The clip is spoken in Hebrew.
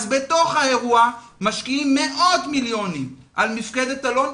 בתוך האירוע משקיעים מאות מיליונים על מפקדת אלון,